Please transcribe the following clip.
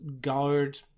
guard